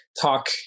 talk